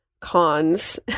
cons